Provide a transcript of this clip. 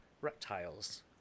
reptiles